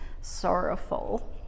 sorrowful